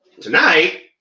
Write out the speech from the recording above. tonight